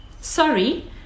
sorry